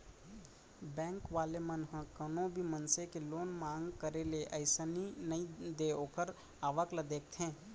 bank वाले मन ह कोनो भी मनसे के लोन मांग करे ले अइसने ही नइ दे ओखर आवक ल देखथे